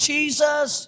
Jesus